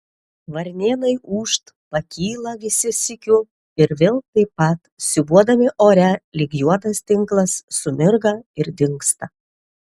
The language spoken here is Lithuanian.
varnėnai ūžt pakyla visi sykiu ir vėl taip pat siūbuodami ore lyg juodas tinklas sumirga ir dingsta